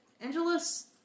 Angelus